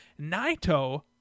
naito